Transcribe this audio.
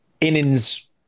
innings